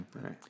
right